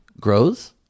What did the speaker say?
grows